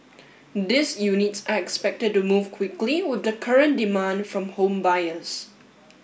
these units are expected to move quickly with the current demand from home buyers